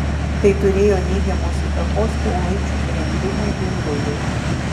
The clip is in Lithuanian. tai turėjo neigiamos įtakos kiaulaičių brendimui ir rujai